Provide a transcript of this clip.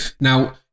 now